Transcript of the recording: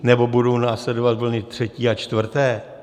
Nebo budou následovat vlny třetí a čtvrtá?